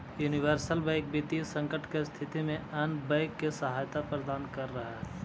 universal bank वित्तीय संकट के स्थिति में अन्य बैंक के सहायता प्रदान करऽ हइ